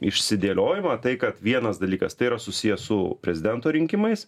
išsidėliojimą tai kad vienas dalykas tai yra susiję su prezidento rinkimais